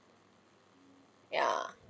yeah